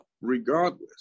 regardless